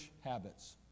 habits